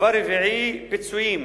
דבר רביעי, פיצויים.